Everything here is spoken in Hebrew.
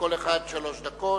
לכל אחד שלוש דקות.